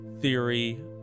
theory